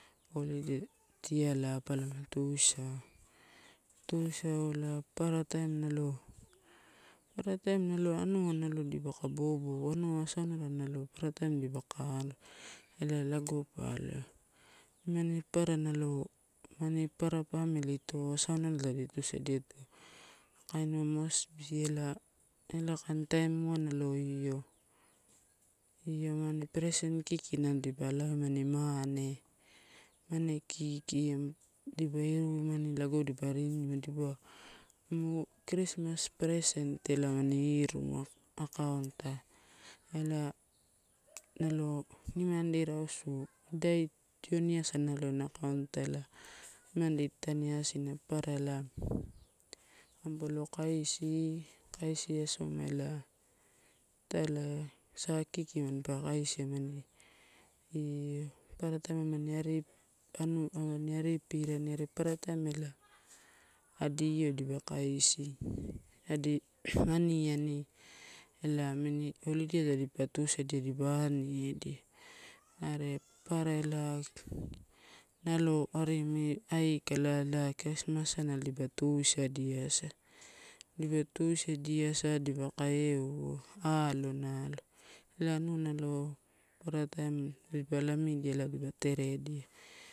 Holiday tialai palama tuisau, tuisau ela papara taim nalo, papara taim nalo anua nalo dipaka boboua anua asaunala nalo papara taim nalo dipaka aloa. Lago pa aloaeu. Nimani papara nalo, nimani papara pamili ito asaunala tadi tusadiato. Kamua ela moresby ela, ela kain taimuai nalo io, io amani present kiki dipa alaodiama mane, mane kiki dipa iruimani lo dipa rini ma dipauwa amu kristmas present ela mani iruma ela account ela nalo nimandi rausu. Idai tioni asa nalo ana accountai ela nimandi tataniasina, papara ela, mampa lo kaisi amani io. Papara taim amani anu, amani aripipiriani are papara taim ela, adi io dipa kaisi, adi aniani ela amini holiday ia tadipa tusadi dipa ani edia. Are papara ela ela nalo arimi aikala ela krismas nalo dipa tuisadiasa, dipa tuisadiasa dipa ka euwa alonalo ela anua nalo papara taim tadipa lamidia ela pida teredia.